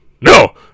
no